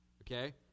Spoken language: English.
okay